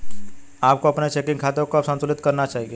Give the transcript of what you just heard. आपको अपने चेकिंग खाते को कब संतुलित करना चाहिए?